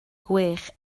gwell